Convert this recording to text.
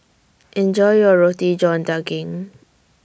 Enjoy your Roti John Daging